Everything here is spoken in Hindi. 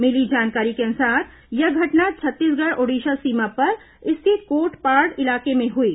मिली जानकारी के अनुसार यह घटना छत्तीसगढ़ ओडिशा सीमा पर स्थित कोटपाड इलाके में हुई है